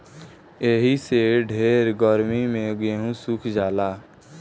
एही से ढेर गर्मी मे गेहूँ सुख जाला